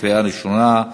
קריאה ראשונה.